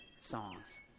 songs